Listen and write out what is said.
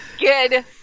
good